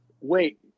Wait